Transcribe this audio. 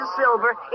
silver